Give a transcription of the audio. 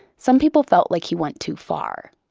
some people felt like he went too far.